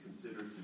considered